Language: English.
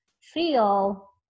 feel